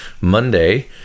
Monday